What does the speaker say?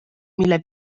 mille